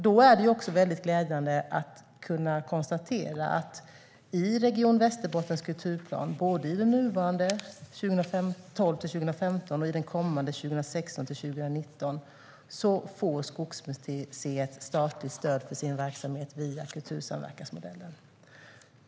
Därför är det glädjande att kunna konstatera att i Region Västerbottens kulturplan, både i den nuvarande för 2012-2015 och i den kommande för 2016-2019, får Skogsmuseet statligt stöd för sin verksamhet via kultursamverkansmodellen.